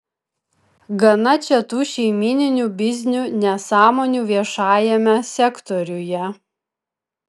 gana čia tų šeimyninių biznių nesąmonių viešajame sektoriuje